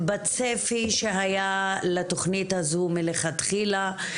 בצפי שהיה לתכנית הזו מלכתחילה.